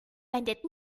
wendet